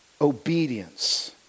Obedience